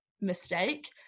mistake